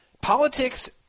Politics